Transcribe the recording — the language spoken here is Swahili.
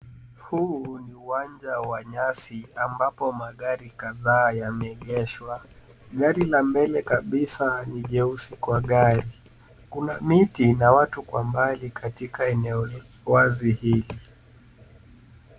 Huu ni uwanja wa nyasi ambapo magari kadhaa yameegeshwa. Gari la mbele kabisa, ni jeusi kwa gari. Kuna miti na watu kwa mbali katika eneo la wazi hili.